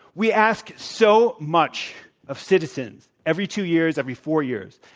we ask so much of citizens every two years, every four years.